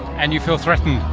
and you feel threatened?